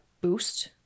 boost